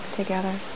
together